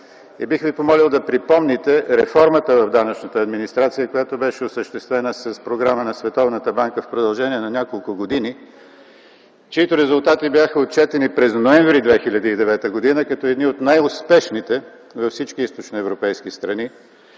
и бих Ви помолил да припомните реформата в данъчната администрацията, която беше осъществена с Програма на Световната банка в продължение на няколко години, чиито резултати бяха отчетени през м. ноември 2009 г. като едни от най-успешните за всички източноевропейски страни.